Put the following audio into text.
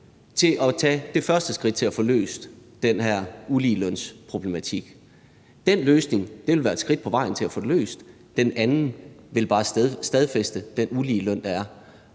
til at tage det første skridt for at få løst den her uligelønsproblematik. Den løsning vil være et skridt på vejen til at få det løst, mens den anden bare vil stadfæste den uligeløn, der er.